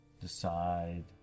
decide